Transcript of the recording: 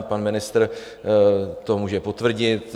Pan ministr to může potvrdit.